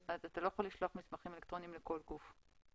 אתה לא יכול לשלוח מסמכים אלקטרוניים לכל גוף.